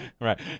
right